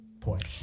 point